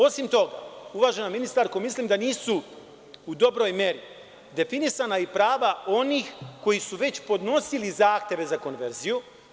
Osim toga, uvažena ministarko, mislim da nisu u dobroj meri definisana i prava onih koji su već podnosili zahteve za konverziju.